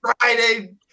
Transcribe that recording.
Friday